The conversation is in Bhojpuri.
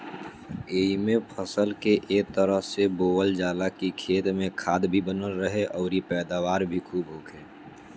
एइमे फसल के ए तरह से बोअल जाला की खेत में खाद भी बनल रहे अउरी पैदावार भी खुब होखे